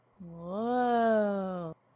Whoa